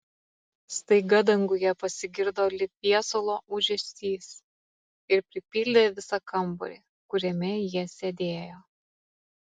staiga danguje pasigirdo lyg viesulo ūžesys ir pripildė visą kambarį kuriame jie sėdėjo